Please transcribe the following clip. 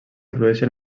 produeixen